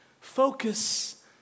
focus